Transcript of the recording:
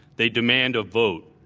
they demand a vote.